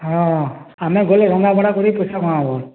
ହଁ ଆମେ ଗଲେ ରନ୍ଧା ବଢ଼ା କରି ପଇସା କମାମା ବଲ୍